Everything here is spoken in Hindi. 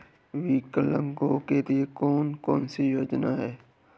विकलांगों के लिए कौन कौनसी योजना है?